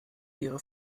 ihre